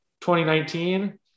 2019